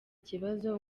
kibazo